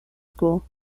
school